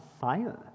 fire